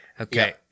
Okay